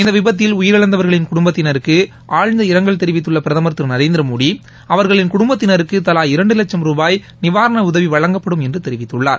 இந்த விபத்தில் உயிரிழந்தவர்களின் குடும்பத்தினருக்கு ஆழ்ந்த இரங்கல் தெரிவித்துள்ள பிரதமா் திரு நரேந்திரமோடி அவர்களின் குடும்பத்தினருக்கு தவா இரண்டு வட்சம் ரூபாய் நிவாரண உதவி வழங்கப்படும் என்று தெரிவித்துள்ளார்